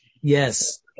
Yes